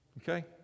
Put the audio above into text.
okay